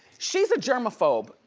she's a germophobe,